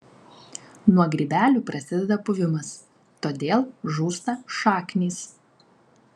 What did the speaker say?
nuo grybelių prasideda puvimas todėl žūsta šaknys